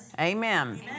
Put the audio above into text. Amen